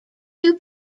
two